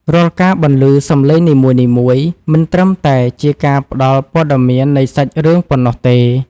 រាល់ការបន្លឺសំឡេងនីមួយៗ មិនត្រឹមតែជាការផ្ដល់ពត៌មាននៃសាច់រឿងប៉ុណ្ណោះទេ។